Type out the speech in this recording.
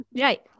Right